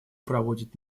проводят